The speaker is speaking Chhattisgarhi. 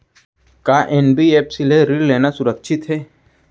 का एन.बी.एफ.सी ले ऋण लेना सुरक्षित हे?